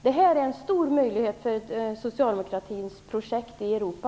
Här finns en stor möjlighet för socialdemokratins projekt i Europa.